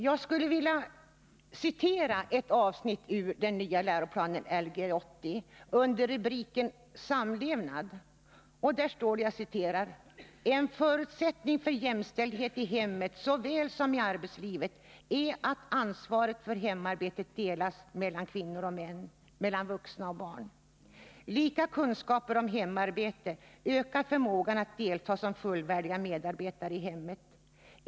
Jag vill citera ett avsnitt ur den nya läroplanen Lgr 80 under rubriken 7 ”En förutsättning för jämställdhet i hemmet såväl som i arbetslivet är att ansvaret för hemarbetet delas mellan kvinnor och män, vuxna och barn. Lika kunskaper om hemarbete ökar förmågan att delta som fullvärdiga medarbetare i hemmet.